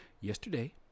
yesterday